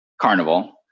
carnival